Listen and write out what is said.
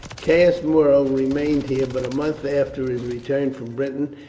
caius muro remained here but a month after his return from britain,